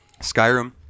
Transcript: Skyrim